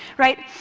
right?